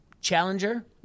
challenger